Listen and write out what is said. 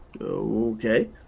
Okay